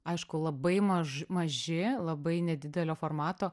aišku labai maž maži labai nedidelio formato